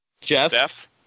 Jeff